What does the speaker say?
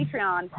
Patreon